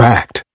Fact